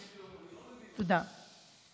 תודה.